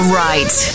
right